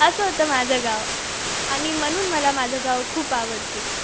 असं होतं माझं गाव आणि म्हणून मला माझं गाव खूप आवडते